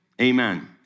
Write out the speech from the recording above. Amen